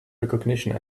recognition